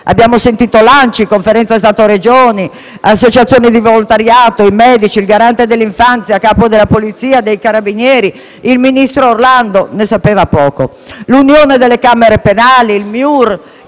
Abbiamo sentito l'ANCI, la Conferenza Stato-Regioni, le associazioni di volontariato, i medici, il Garante dell'infanzia, il Capo della polizia, il Comandante dei carabinieri, il ministro Orlando - ne sapeva poco - l'Unione delle camere penali, il MIUR